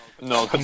No